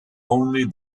only